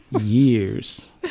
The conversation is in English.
years